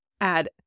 add